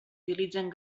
utilitzen